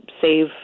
save